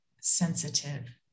sensitive